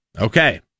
Okay